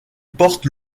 porte